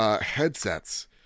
headsets